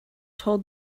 told